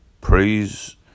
Praise